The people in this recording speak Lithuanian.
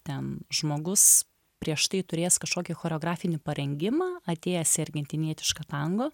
ten žmogus prieš tai turėjęs kažkokį choreografinį parengimą atėjęs į argentinietišką tango